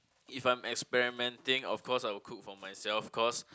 if I'm experimenting of course I would cook for myself cause